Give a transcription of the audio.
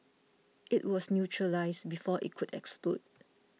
it was neutralised before it could explode